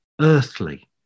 earthly